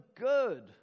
good